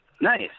Nice